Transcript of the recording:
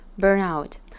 burnout